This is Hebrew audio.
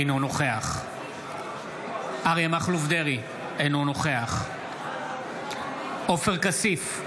אינו נוכח אריה מכלוף דרעי, אינו נוכח עופר כסיף,